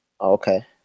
okay